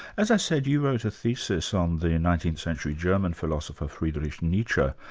as i said, you wrote a thesis on the nineteenth century german philosopher, friedrich nietzsche.